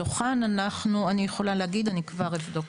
מתוכן אנחנו, אני יכולה להגיד, אני כבר אבדוק.